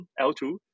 L2